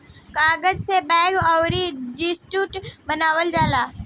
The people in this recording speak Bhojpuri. कागज से बैग अउर टिशू बनावल जाला